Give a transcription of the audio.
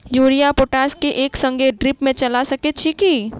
Urea आ potash केँ एक संगे ड्रिप मे चला सकैत छी की?